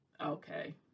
Okay